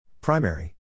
Primary